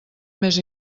més